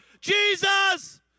jesus